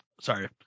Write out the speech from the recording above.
Sorry